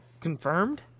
confirmed